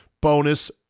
bonus